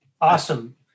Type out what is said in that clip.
Awesome